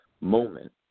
moment